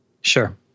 sure